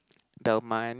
the month